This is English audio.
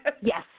yes